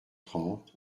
trente